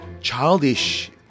childish